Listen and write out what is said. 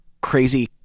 crazy